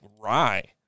rye